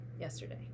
yesterday